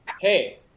Hey